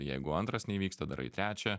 jeigu antras neįvyksta darai trečią